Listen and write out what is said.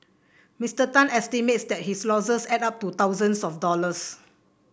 Mister Tan estimates that his losses add up to thousands of dollars